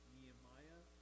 Nehemiah